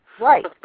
Right